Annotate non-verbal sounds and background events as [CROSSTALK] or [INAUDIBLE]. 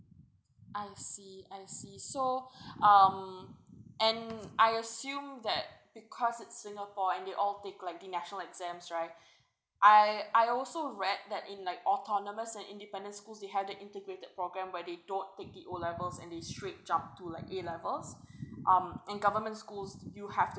I see I see so [BREATH] um and I assume that because it's singapore and they all take like the national exams right I I also read that in like autonomous and independent schools they have the integrated program where they don't take the O level and they straight jump to like A levels um in government schools you have